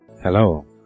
hello